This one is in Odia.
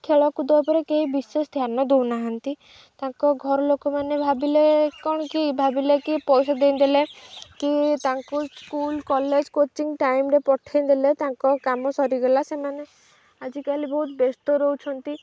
ଖେଳକୁଦ ଉପରେ କେହି ବିଶେଷ ଧ୍ୟାନ ଦେଉନାହାନ୍ତି ତାଙ୍କ ଘର ଲୋକମାନେ ଭାବିଲେ କ'ଣ କି ଭାବିଲେ କି ପଇସା ଦେଇଦେଲେ କି ତାଙ୍କୁ ସ୍କୁଲ୍ କଲେଜ୍ କୋଚିଂ ଟାଇମ୍ରେ ପଠେଇଦେଲେ ତାଙ୍କ କାମ ସରିଗଲା ସେମାନେ ଆଜିକାଲି ବହୁତ ବ୍ୟସ୍ତ ରହୁଛନ୍ତି